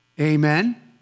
amen